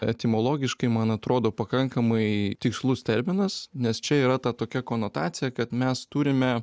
etimologiškai man atrodo pakankamai tikslus terminas nes čia yra ta tokia konotacija kad mes turime